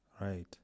Right